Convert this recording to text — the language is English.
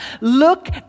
Look